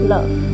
Love